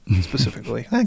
specifically